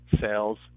sales